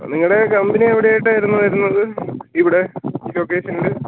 നിങ്ങളുടെ കമ്പനി എവിടെ ആയിട്ടായിരുന്നു വരുന്നത് ഇവിടെ ഈ ലൊക്കേഷനിൽ